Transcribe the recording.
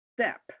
step